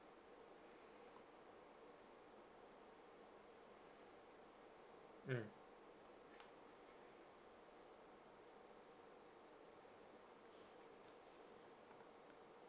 mm